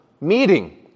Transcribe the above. meeting